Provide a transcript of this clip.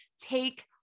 take